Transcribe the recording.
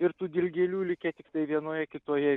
ir tų dilgėlių likę tiktai vienoje kitoje